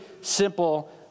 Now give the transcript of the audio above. simple